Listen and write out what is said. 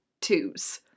twos